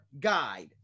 guide